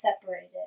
separated